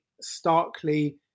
starkly